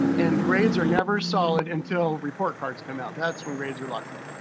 and and grades are never solid until report cards come out, that's when grades are locked in.